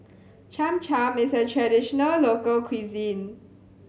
Cham Cham is a traditional local cuisine